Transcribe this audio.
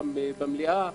גם במליאה.